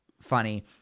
funny